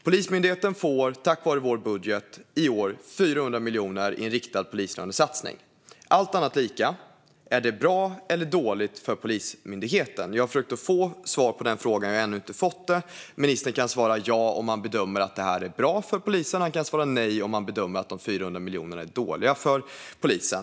Polismyndigheten får i år, tack vare vår budget, 400 miljoner i en riktad polislönesatsning. Allt annat lika - är detta bra eller dåligt för Polismyndigheten? Jag har försökt få svar på den frågan men har ännu inte fått det. Ministern kan svara ja om han bedömer att detta är bra för polisen, och han kan svara nej om han bedömer att de 400 miljonerna är dåliga för polisen.